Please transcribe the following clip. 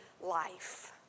life